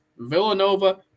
Villanova